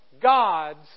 God's